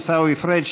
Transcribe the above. עיסאווי פריג',